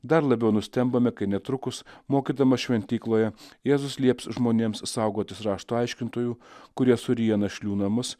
dar labiau nustembame kai netrukus mokydamas šventykloje jėzus lieps žmonėms saugotis rašto aiškintojų kurie suryja našlių namus